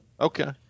Okay